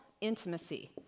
intimacy